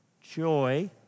joy